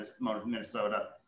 Minnesota